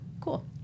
cool